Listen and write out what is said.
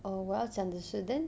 um 我要讲的是 then